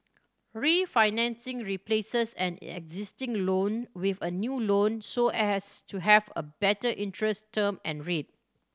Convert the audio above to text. refinancing replaces an existing loan with a new loan so as to have a better interest term and rate